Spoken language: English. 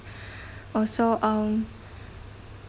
also um